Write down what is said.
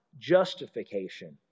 justification